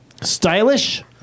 Stylish